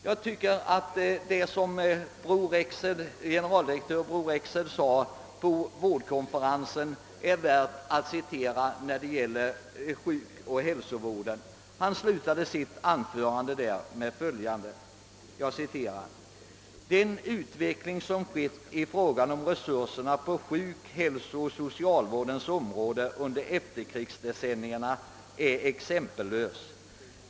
Jag tycker att det som generaldirektör Bror Rexed sade om sjukoch hälsovården på vårdkonferensen är värt att citera. Han slutade sitt anförande med följande ord: »Den utveckling som skett i fråga om resurserna på sjuk-, hälsooch socialvårdens område under efterkrigsdecennierna är exempellös.